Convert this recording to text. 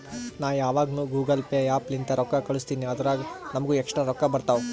ನಾ ಯಾವಗ್ನು Google Pay app ಲಿಂತೇ ರೊಕ್ಕಾ ಕಳುಸ್ತಿನಿ ಅದುರಾಗ್ ನಮ್ಮೂಗ ಎಕ್ಸ್ಟ್ರಾ ರೊಕ್ಕಾ ಬರ್ತಾವ್